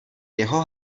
jeho